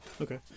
okay